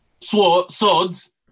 swords